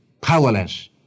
powerless